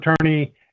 attorney